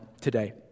Today